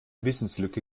wissenslücke